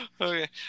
Okay